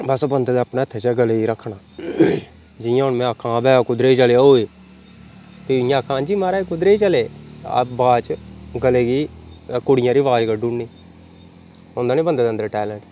बस बन्दे दे अपने हत्थ च ऐ गले गी रक्खना जियां हून में आखां अगर कुद्धरै चले ओए ते इयां आखां हां जी महाराज कुद्धरै गी चले अवाज च गले गी कुड़ियें आह्ली अवाज कड्ढी उड़नी होंदा नी बन्दे दे अन्दर एह् टैलेंट